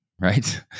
right